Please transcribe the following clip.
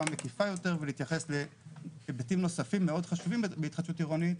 מקיפה יותר ולהתייחס להיבטים נוספים מאוד חשובים בהתחדשות עירונית,